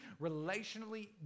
relationally